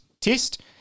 test